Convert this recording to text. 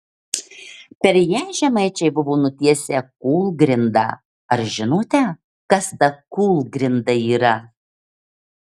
per ją žemaičiai buvo nutiesę kūlgrindą ar žinote kas ta kūlgrinda yra